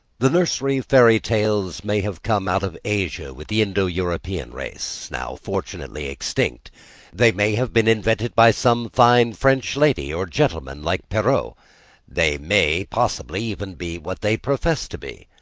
the nursery fairy tales may have come out of asia with the indo-european race, now fortunately extinct they may have been invented by some fine french lady or gentleman like perrault they may possibly even be what they profess to be.